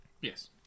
yes